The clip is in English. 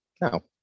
No